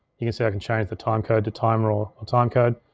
you can see i can change the time code to time roll or time code.